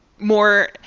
more